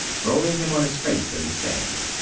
throwing him on his face in the sand.